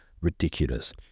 Ridiculous